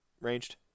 ranged